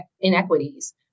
inequities